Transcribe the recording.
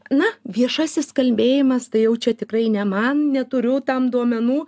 na viešasis kalbėjimas tai jau čia tikrai ne man neturiu tam duomenų